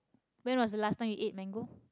when was the last time you ate mango